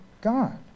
God